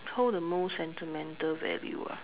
oh holds the most sentimental value ah